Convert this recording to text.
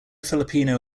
filipino